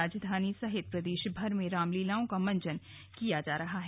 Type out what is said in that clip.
राजधानी सहित प्रदेशभर में रामलीलाओं का मंचन किया जा रहा है